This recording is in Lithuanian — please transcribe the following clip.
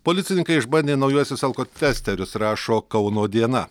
policininkai išbandė naujuosius alkotesterius rašo kauno diena